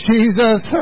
Jesus